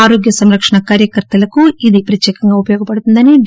ఆరోగ్య సంరక్షణ కార్యకర్తలకు ఇది ప్రత్యేకంగా ఉపయోగపడుతుందని డి